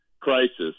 crisis